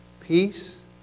peace